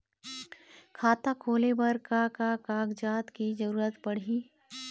खाता खोले बर का का कागजात के जरूरत पड़ही?